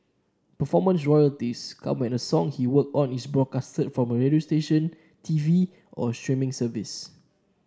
performance royalties come when a song he worked on is broadcast from a radio station T V or a streaming service